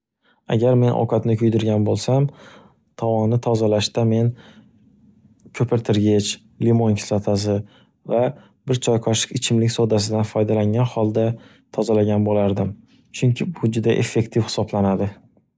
Agar men ovqatni kuydirgan boʻlsam, tavonni tozalashda men koʻpirtirgich, limon kislotasi va bir choy qoshiq ichimlik sodasidan foydalangan holda tozalagan bo'lardim, chunki bu juda effektiv hisoblanadi.